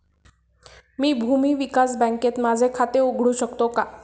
मी भूमी विकास बँकेत माझे खाते उघडू शकतो का?